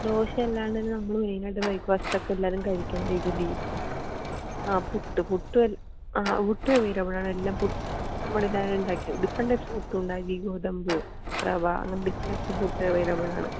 ദോശ അല്ലാണ്ട് തന്നെ നമ്മൾ മെയിൻ ആയിട്ട് ബ്രേക്ഫാസ്റ്റിലൊക്കെ എല്ലാവരും കഴിക്കുന്നത് ഇഡിലി ആ പുട്ട് പുട്ട് ആ പുട്ട് അവൈലബിൾ ആണ് എല്ലാ പുട്ടും നമ്മൾ തന്നെ ആണ് ഉണ്ടാക്കിയത് ഡിഫറൻറ് ടൈപ്പ്സ് പുട്ട് ഉണ്ടാവും അരി ഗോതമ്പ് റവ അങ്ങനെ ഡിഫറൻറ് ടൈപ്പ്സ് പുട്ട് അവൈലബിൾ ആണ്